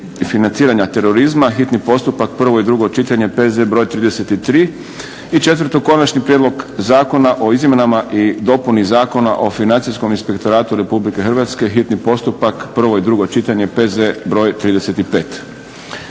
i financiranja terorizma, hitni postupak, prvo i drugo čitanje, P.Z. br. 33, - Konačni prijedlog zakona o izmjenama i dopuni Zakona o Financijskom inspektoratu Republike Hrvatske, hitni postupak, prvo i drugo čitanje, P.Z. br. 35